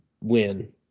win